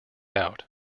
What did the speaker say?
out